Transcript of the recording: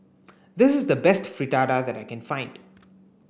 this is the best Fritada that I can find